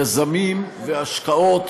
יזמים והשקעות